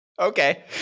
Okay